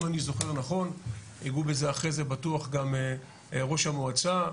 אם אני זוכר נכון ויגעו בזה בהמשך בטוח גם ראש המועצה,